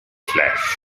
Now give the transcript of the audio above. flesh